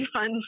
fun